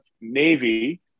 Navy